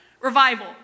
Revival